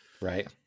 right